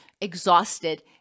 exhausted